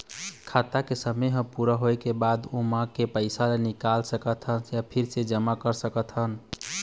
खाता के समे ह पूरा होए के बाद म ओमा के पइसा ल निकाल सकत हस य फिर से जमा कर सकत हस